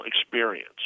experience